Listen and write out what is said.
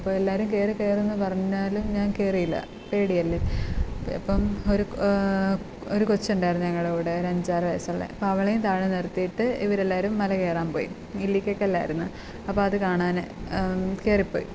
അപ്പം എല്ലാവരും കയറ് കയറെന്ന് പറഞ്ഞാലും ഞാൻ കയറിയില്ല പേടി അല്ലേ പ് ഇപ്പം ഒരു ഒരു കൊച്ച് ഉണ്ടായിരുന്നു ഞങ്ങളുടെ കൂടെ ഒരു അഞ്ചാറ് വയസ്സുള്ള അപ്പം അവളെയും താഴ നിർത്തിയിട്ട് ഇവർ എല്ലാവരും മല കയറാൻ പോയി ഇല്ലിക്കക്കല്ലായിരുന്നു അപ്പം അത് കാണാൻ കയറി പോയി